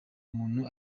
umuntu